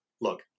Look